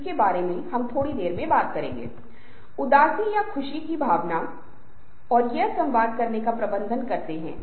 इसलिए समूह का प्रत्येक सदस्य अब काम करने की कोशिश करता है